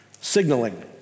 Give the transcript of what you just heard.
signaling